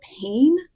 pain